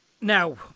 Now